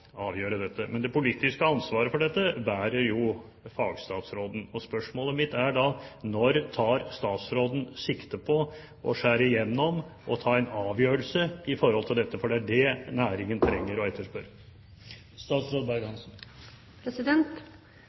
avgjøre dette. Men det politiske ansvaret for dette bærer jo fagstatsråden. Spørsmålet mitt er da: Når tar statsråden sikte på å skjære igjennom og ta en avgjørelse om dette? For det er det næringen trenger